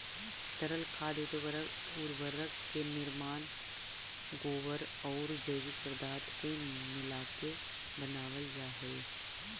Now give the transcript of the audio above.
तरल खाद उर्वरक के निर्माण गोबर औउर जैविक पदार्थ के मिलाके बनावल जा हई